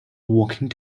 walking